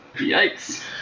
yikes